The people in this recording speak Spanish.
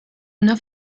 una